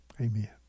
Amen